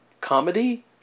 comedy